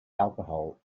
alcohol